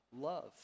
love